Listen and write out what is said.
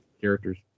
characters